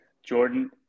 Jordan